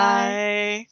Bye